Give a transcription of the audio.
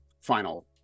final